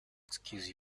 excuse